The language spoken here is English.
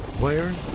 where?